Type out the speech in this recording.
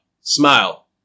Smile